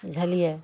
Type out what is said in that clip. बुझलियै